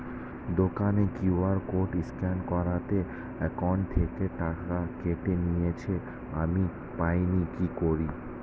দোকানের QR code scan করাতে account থেকে টাকা কেটে নিয়েছে, আমি পাইনি কি করি?